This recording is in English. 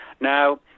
Now